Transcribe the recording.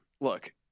look